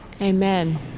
Amen